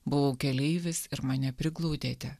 buvau keleivis ir mane priglaudėte